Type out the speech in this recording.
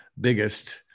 biggest